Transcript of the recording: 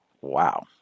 wow